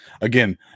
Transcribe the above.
again